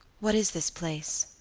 what is this place?